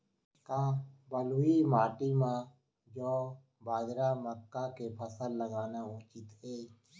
का बलुई माटी म जौ, बाजरा, मक्का के फसल लगाना उचित हे?